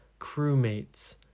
crewmates